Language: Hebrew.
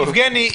אנחנו